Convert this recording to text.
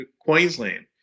Queensland